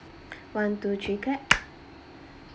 one two three clap